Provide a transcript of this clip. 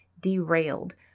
derailed